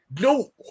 no